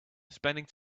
spending